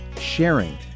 sharing